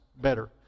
better